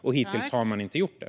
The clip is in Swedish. Hittills har man inte gjort det.